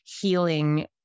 healing